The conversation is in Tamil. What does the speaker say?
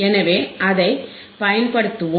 எனவே அதைப் பயன்படுத்துவோம்